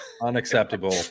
Unacceptable